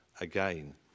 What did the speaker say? again